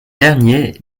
dernier